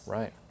Right